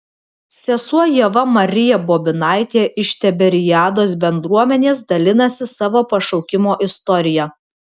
sesuo ieva marija bobinaitė iš tiberiados bendruomenės dalinasi savo pašaukimo istorija